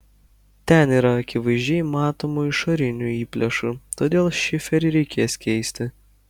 ten yra akivaizdžiai matomų išorinių įplėšų todėl šiferį reikės keisti